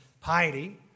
piety